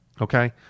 Okay